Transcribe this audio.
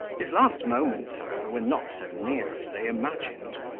his last moments, however, were not so near as they imagined.